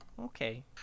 okay